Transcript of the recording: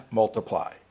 multiply